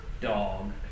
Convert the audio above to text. dog